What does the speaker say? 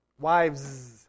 wives